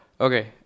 Okay